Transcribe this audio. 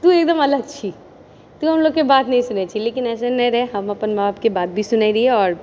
तू एकदम अलग छी तू हमलोगके बात नहि सुनैत छी लेकिन अइसन नहि रहै हम अपन माँ बापके बात भी सुनै रहियै आओर